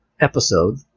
episode